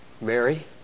Mary